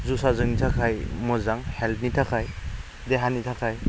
जुइसआ जोंनि थाखाय मोजां हेल्थनि थाखाय देहानि थाखाय